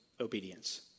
obedience